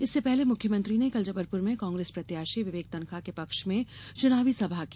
इससे पहले मुख्यमंत्री ने कल जबलपुर में कांग्रेस प्रत्याशी विवेक तन्खा के पक्ष में चुनावी सभा की